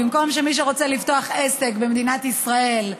במקום זה שמי שרוצה לפתוח עסק במדינת ישראל,